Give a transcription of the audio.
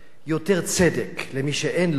יותר צדק למי שאין לו,